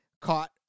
caught